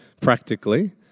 practically